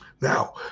Now